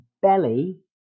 Belly